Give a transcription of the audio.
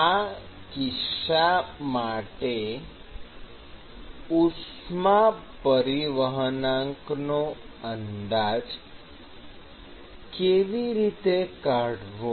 આ કિસ્સા માટે ઉષ્મા પરિવહનાંકનો અંદાજ કેવી રીતે કાઢવો